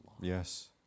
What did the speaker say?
Yes